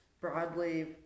broadly